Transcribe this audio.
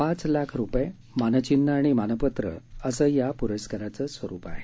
पाच लाख रुपये मानचिन्ह आणि मानपत्र असं या पुरस्काराचं स्वरूप आहे